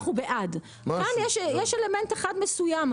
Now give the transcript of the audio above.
כאן יש אלמנט אחד מסוים,